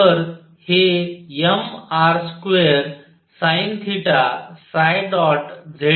तर हे mr2sinθz असे येते